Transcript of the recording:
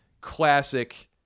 classic